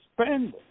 spend